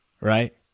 right